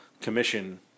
commission